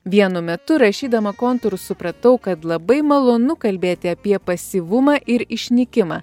vienu metu rašydama kontūrus supratau kad labai malonu kalbėti apie pasyvumą ir išnykimą